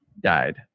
died